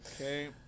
Okay